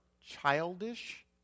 childish